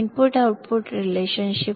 input output संबंधात